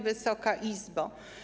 Wysoka Izbo!